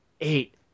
eight